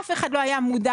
אף אחד לא היה מודע.